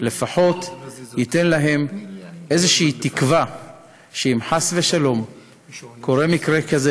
לפחות ייתן להם איזושהי תקווה שאם חס ושלום קורה מקרה כזה,